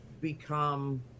become